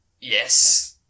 Yes